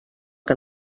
que